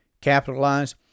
capitalize